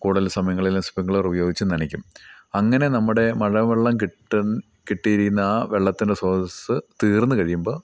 കൂടുതൽ സമയങ്ങളിൽ സ്പ്രിംഗ്ലർ ഉപയോഗിച്ച് നനയ്ക്കും അങ്ങനെ നമ്മുടെ മഴ വെള്ളം കിട്ടാൻ കിട്ടിയിരിക്കുന്ന ആ വെള്ളത്തിൻ്റെ ശ്രോതസ്സ് തീർന്നു കഴിയുമ്പോൾ